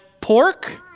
Pork